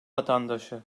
vatandaşı